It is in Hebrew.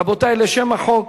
רבותי, לשם החוק